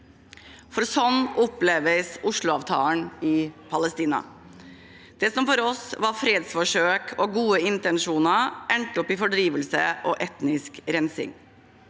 Oslo. Sånn oppleves Oslo-avtalen i Palestina. Det som for oss var fredsforsøk og gode intensjoner, endte opp i fordrivelse og etnisk rensing.